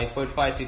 5 6